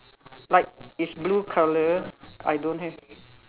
like it's blue color I don't have